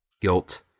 guilt